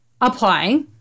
apply